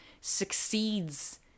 succeeds